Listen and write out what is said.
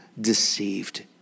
deceived